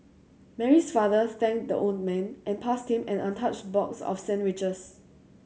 Mary's father thanked the old man and passed him an untouched box of sandwiches